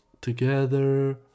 together